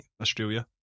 Australia